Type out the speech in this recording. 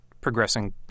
progressing